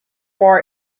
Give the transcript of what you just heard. bar